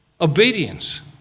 obedience